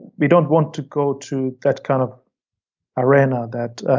we don't want to go to that kind of arena, that ah